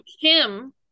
Kim